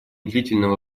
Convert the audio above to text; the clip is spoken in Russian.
длительного